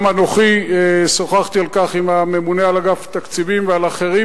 גם אנוכי שוחחתי על כך עם הממונה על אגף התקציבים ועם אחרים,